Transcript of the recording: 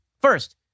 First